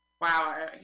Wow